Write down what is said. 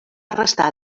restar